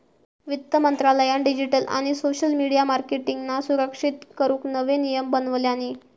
वित्त मंत्रालयान डिजीटल आणि सोशल मिडीया मार्केटींगका सुरक्षित करूक नवे नियम बनवल्यानी